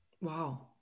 Wow